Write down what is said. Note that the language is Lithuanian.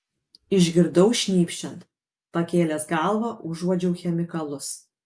išgirdau šnypščiant pakėlęs galvą užuodžiau chemikalus